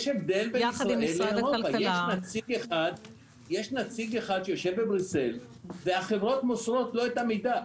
יש נציג אחד שיושב בבריסל והחברות מוסרות לו את המידע,